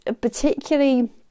particularly